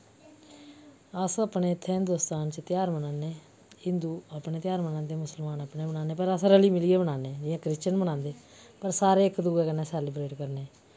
अस अपने इत्थैं हिंदुस्तान च तेहार मनाने हिन्दू अपने तेहार मनांदे मुस्लमान अपने मनाने पर अस रली मिलियै मनानें जियां क्रिसचन मनांदे पर सारे इक दुए कन्नै सैलिब्रेट करने